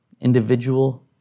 individual